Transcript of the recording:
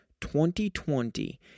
2020